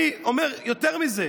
אני אומר יותר מזה: